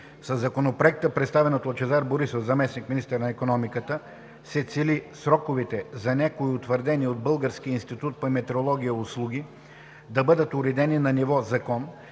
Със Законопроекта, представен от Лъчезар Борисов – заместник-министър на икономиката, се цели сроковете за някои извършвани от Българския институт по метрология услуги, да бъдат уредени на ниво закон,